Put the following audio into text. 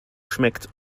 schmeckt